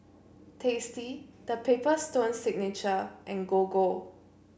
Tasty The Paper Stone Signature and Gogo